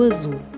Azul